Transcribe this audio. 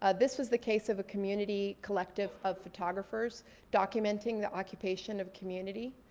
ah this was the case of a community collective of photographers documenting the occupation of community,